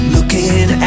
Looking